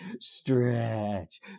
stretch